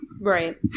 Right